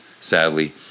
sadly